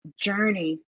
journey